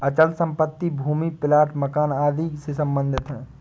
अचल संपत्ति भूमि प्लाट मकान घर आदि से सम्बंधित है